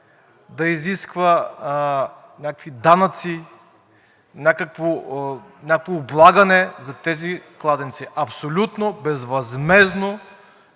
да изисква някакви данъци, някакво облагане за тези кладенци. Абсолютно безвъзмездно,